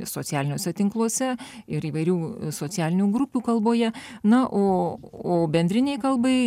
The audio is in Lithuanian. socialiniuose tinkluose ir įvairių socialinių grupių kalboje na o o bendrinei kalbai